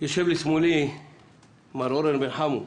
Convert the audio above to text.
יושב לשמאלי מר אורן בן חמו,